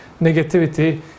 negativity